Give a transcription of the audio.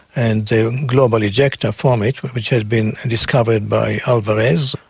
and the global ejector from it which has been discovered by alvarez,